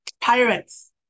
Pirates